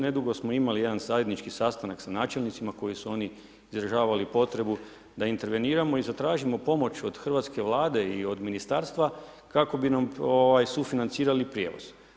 Nedugo smo imali jedan zajednički sastanak sa načelnicima koji su oni izražavali potrebu da interveniramo i zatražimo pomoć od hrvatske Vlade i od ministarstva kako bi nam sufinancirali prijevoz.